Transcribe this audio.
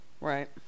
Right